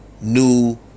new